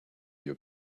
your